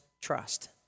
trust